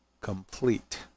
complete